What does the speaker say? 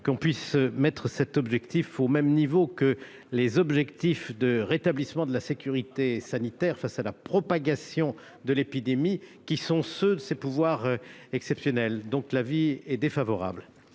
qu'on puisse placer cet objectif au même niveau que les objectifs de rétablissement de la sécurité sanitaire face à la propagation de l'épidémie, qui relèvent de pouvoirs exceptionnels. L'avis est donc défavorable.